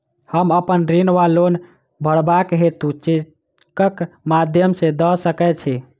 हम अप्पन ऋण वा लोन भरबाक हेतु चेकक माध्यम सँ दऽ सकै छी?